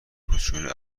کوچولو